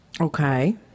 Okay